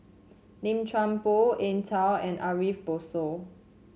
Lim Chuan Poh Eng Tow and Ariff Bongso